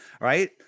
right